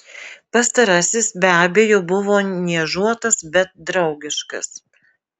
pastarasis be abejo buvo niežuotas bet draugiškas